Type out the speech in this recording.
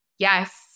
Yes